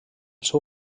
seu